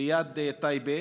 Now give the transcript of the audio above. ליד טייבה,